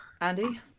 Andy